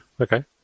Okay